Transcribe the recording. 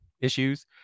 issues